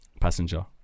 Passenger